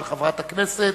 של חברת הכנסת